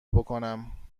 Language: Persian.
بکنم